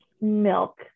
Milk